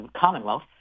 Commonwealth